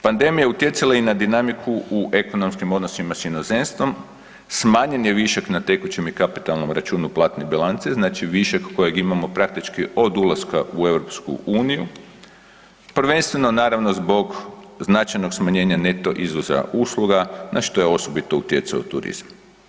Pandemija je utjecala i na dinamiku u ekonomskim odnosima s inozemstvom, smanjen je višak na tekućem i kapitalnom računu platne bilance, znači višak kojeg imamo praktički od ulaska u Europsku uniju, prvenstveno naravno zbog značajnog smanjenja neto izvoza usluga, na što je osobito utjecao turizam.